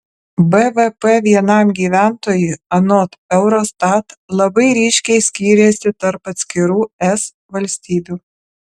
bvp vienam gyventojui anot eurostat labai ryškiai skyrėsi tarp atskirų es valstybių